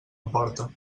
emporta